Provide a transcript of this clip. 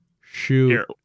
shoot